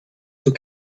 zur